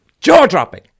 Jaw-dropping